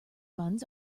buns